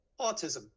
autism